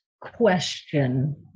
question